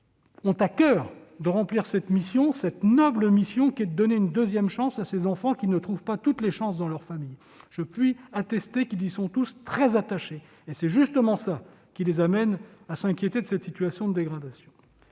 ont à coeur de remplir cette noble mission de donner une deuxième chance à ces enfants qui ne trouvent pas toutes les chances dans leur famille. Je puis attester qu'ils y sont tous très attachés. C'est justement cela qui les amène à s'inquiéter de cette situation de dégradation.